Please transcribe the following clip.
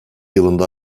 yılında